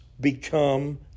become